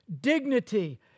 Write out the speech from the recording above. dignity